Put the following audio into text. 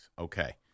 Okay